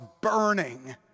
burning